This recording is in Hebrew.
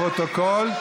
לפרוטוקול,